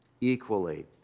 equally